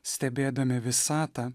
stebėdami visatą